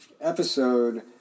episode